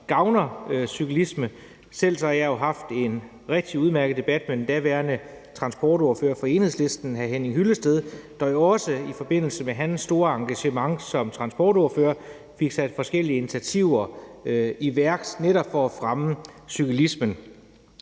gavner cyklismen. Selv har jeg haft en rigtig udmærket debat med den daværende transportordfører for Enhedslisten hr. Henning Hyllested, der jo også i forbindelse med hans store engagement som transportordfører fik sat forskellige initiativer i værk netop for at fremme cyklismen.